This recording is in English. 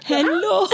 Hello